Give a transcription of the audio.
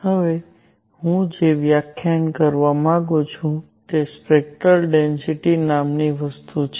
હવે હું જે વ્યાખ્યાયિત કરવા માંગુ છું તે સ્પેક્ટરલ ડેન્સિટિ નામની વસ્તુ છે